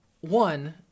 One